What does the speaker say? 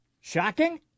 Shocking